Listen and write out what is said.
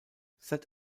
seit